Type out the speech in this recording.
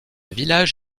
village